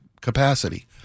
capacity